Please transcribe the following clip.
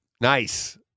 nice